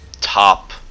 top